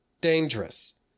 dangerous